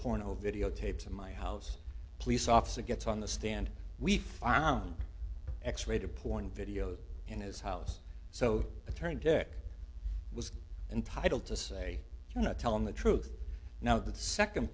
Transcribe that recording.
porno videotapes in my house police officer gets on the stand we found x rated porn videos in his house so a turn tech was entitled to say you're not telling the truth now the second